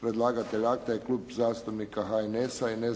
Predlagatelj: Klub zastupnika HNS-a i